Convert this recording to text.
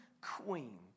queen